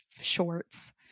shorts